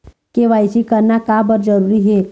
KYC करना का बर जरूरी हे?